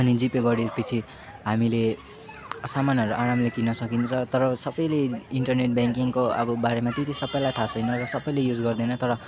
अनि जिपे गरेपछि हामीले सामानहरू आरामले किन्न सकिन्छ तर सबैले इन्टरनेट ब्याङ्किङको अब बारेमा त्यति सबैलाई थाहा छैन र सबैले युज गर्दैन तर